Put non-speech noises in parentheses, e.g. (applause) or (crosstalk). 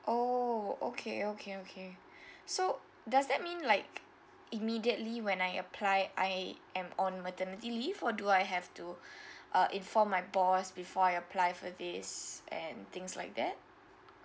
oh okay okay okay (breath) so does that mean like immediately when I applied I am on maternity leave or do I have to (breath) uh inform my boss before I apply for this and things like that